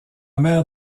mère